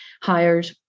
hired